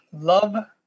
Love